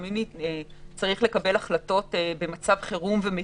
ולפעמים צריך לקבל החלטות מהירות ובמצב חירום.